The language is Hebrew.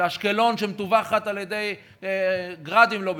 שאשקלון, שמטווחת על-ידי "גראדים", לא בפנים,